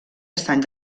estany